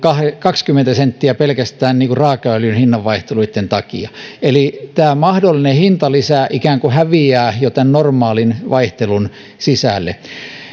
kaksikymmentä senttiä pelkästään raakaöljyn hinnanvaihteluitten takia eli tämä mahdollinen hintalisä ikään kuin häviää jo tämän normaalin vaihtelun sisälle